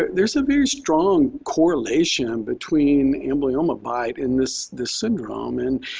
there's a very strong correlation between amblyomma bite in this this syndrome. and,